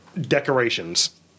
decorations